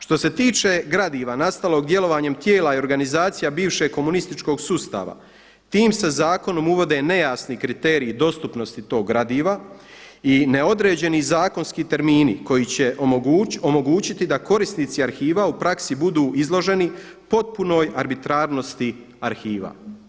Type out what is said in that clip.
Što se tiče gradiva nastalog djelovanjem tijela i organizacija bivšeg komunističkog sustava, tim se zakonom uvode nejasni kriteriji dostupnosti tog gradiva i neodređeni zakonski termini koji će omogućiti da korisnici arhiva u praksi budu izloženi potpunoj arbitrarnosti arhiva.